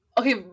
Okay